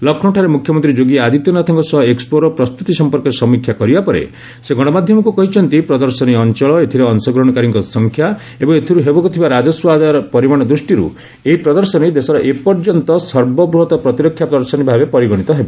ଲକ୍ଷ୍ନୌଠାରେ ମୁଖ୍ୟମନ୍ତ୍ରୀ ଯୋଗୀ ଆଦିତ୍ୟନାଥଙ୍କ ସହ ଏକ୍ଟପୋର ପ୍ରସ୍ତୁତି ସମ୍ପର୍କରେ ସମୀକ୍ଷା କରିବା ପରେ ସେ ଗଶମାଧ୍ୟମକୁ କହିଛନ୍ତି ପ୍ରଦର୍ଶନୀ ଅଞ୍ଚଳ ଏଥିରେ ଅଂଶଗ୍ରହଣକାରୀଙ୍କ ସଂଖ୍ୟା ଏବଂ ଏଥିରୁ ହେବାକୁ ଥିବା ରାଜସ୍ୱ ଆୟର ପରିମାଣ ଦୃଷ୍ଟିରୁ ଏହି ପ୍ରଦର୍ଶନୀ ଦେଶର ଏପର୍ଯ୍ୟନ୍ତ ସର୍ବବୃହତ୍ ପ୍ରତିରକ୍ଷା ପ୍ରଦର୍ଶନୀ ଭାବେ ପରିଗଣିତ ହେବ